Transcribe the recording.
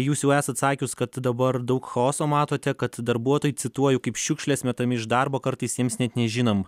jūs jau esat sakius kad dabar daug chaoso matote kad darbuotojai cituoju kaip šiukšlės metami iš darbo kartais jiems net nežinom